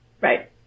Right